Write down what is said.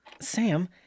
Sam